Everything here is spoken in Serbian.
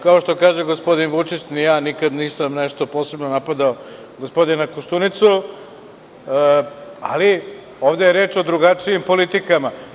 Kao što kaže gospodin Vučić, ni ja nekad nisam nešto posebno napadao gospodina Koštunicu, ali ovde je reč o drugačijim politikama.